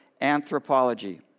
anthropology